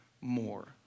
more